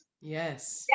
yes